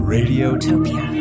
Radiotopia